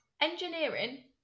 engineering